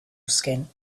skin